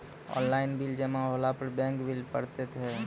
Online bill जमा होने पर बैंक बिल पड़तैत हैं?